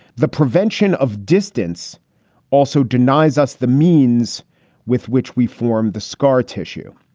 the prevention of distance also denies us the means with which we form the scar tissue.